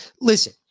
listen